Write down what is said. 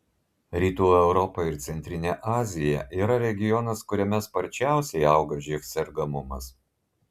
rytų europa ir centrinė azija yra regionas kuriame sparčiausiai auga živ sergamumas